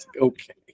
Okay